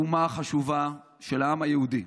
אומה חשובה של העם היהודי,